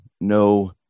no